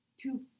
two